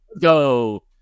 go